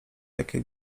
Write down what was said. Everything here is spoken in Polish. jakie